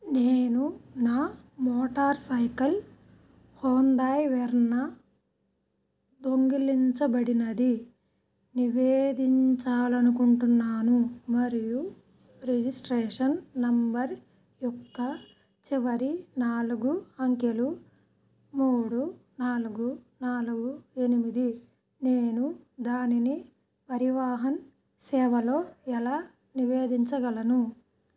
నేను నా motorcycle Hyundai Verna దొంగిలించబడినది నివేదించాలి అనుకుంటున్నాను మరియు రిజిస్ట్రేషన్ నెంబర్ యొక్క చివరి నాలుగు అంకెలు మూడు నాలుగు నాలుగు ఎనిమిది నేను దానిని పరివాహన్ సేవలో ఎలా నివేదించగలను